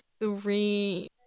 three